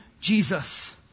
Jesus